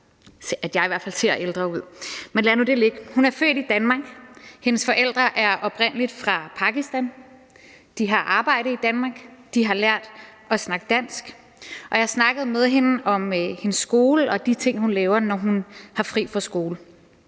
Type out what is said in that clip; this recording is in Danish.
at jeg ser ældre ud. Men lad nu det ligge. Hun er født i Danmark, hendes forældre er oprindelig fra Pakistan, de har arbejde i Danmark, de har lært at snakke dansk. Jeg snakkede med hende om hendes skole og de ting, hun laver, når hun har fri fra skole,